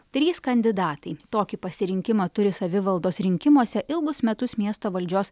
trys kandidatai tokį pasirinkimą turi savivaldos rinkimuose ilgus metus miesto valdžios